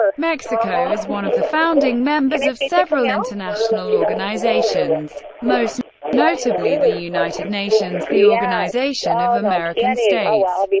mexico is one of the founding members of several international organizations, most notably the united nations, the organization of american states,